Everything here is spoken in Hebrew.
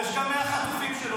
יש גם 100 חטופים שלא פה.